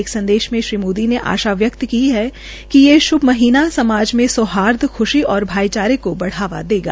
एक संदेश में श्री मोदी ने आशा व्यक्त की है कि ये श्भ महीना समाज में सौहार्द और भाईचारे को बढ़ावा देगा